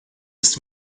ist